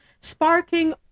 sparking